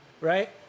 right